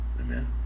Amen